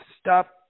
stop